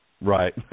Right